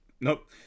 nope